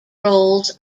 roles